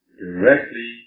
directly